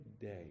day